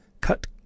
cut